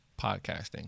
podcasting